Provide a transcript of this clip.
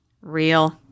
Real